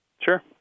Sure